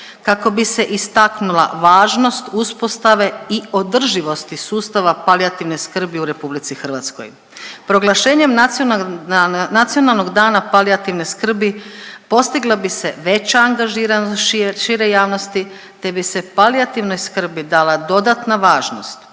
kako bi se istaknula važnost uspostave i održivosti sustava palijativne skrbi u RH. Proglašenjem Nacionalnog dana palijativne skrbi postigla bi se veća angažiranost šire javnosti, te bi se palijativnoj skrbi dala dodatna važnost,